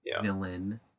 villain